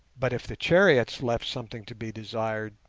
but if the chariots left something to be desired,